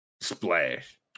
Splash